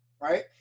right